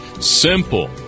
Simple